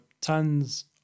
tons